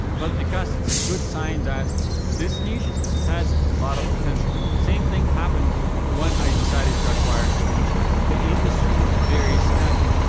but because its a good sign that this niche has a lot of potential. same thing happened when i decided to acquired nichehacks. the industry is very spammy.